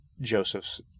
Joseph's